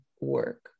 work